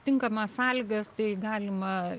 tinkamas sąlygas tai galima